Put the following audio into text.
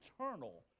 eternal